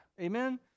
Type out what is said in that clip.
Amen